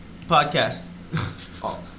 Podcast